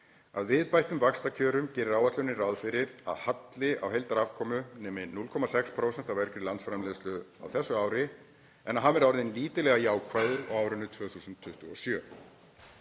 Að viðbættum vaxtajöfnuði gerir áætlunin ráð fyrir að halli á heildarafkomu nemi 0,6% af vergri landsframleiðslu á þessu ári en að hann verði orðinn lítillega jákvæður árið 2027.